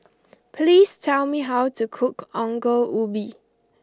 please tell me how to cook Ongol Ubi